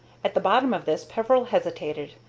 at the bottom of this peveril hesitated.